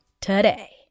today